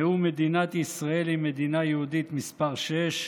נאום "מדינת ישראל היא מדינה יהודית" מס' 6,